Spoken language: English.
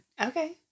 Okay